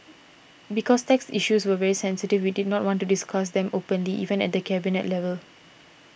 because tax issues were very sensitive we did not want to discuss them openly even at the Cabinet level